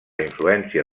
influència